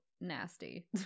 nasty